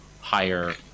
higher